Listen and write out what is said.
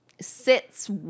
sits